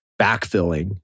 backfilling